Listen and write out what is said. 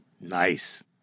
Nice